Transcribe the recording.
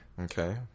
Okay